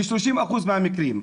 ב-30% מהמקרים.